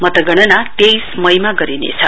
मतगणना तेइस मईमा गरिनेछ